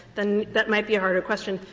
then that might be a harder question.